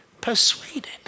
persuaded